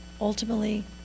Ultimately